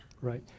right